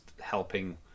helping